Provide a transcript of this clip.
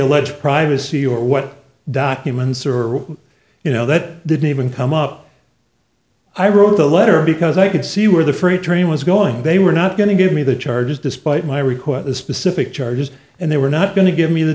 alleged privacy or what documents are or you know that didn't even come up i wrote the letter because i could see where the freight train was going they were not going to give me the charges despite my requests specific charges and they were not going to give me the